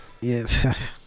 Yes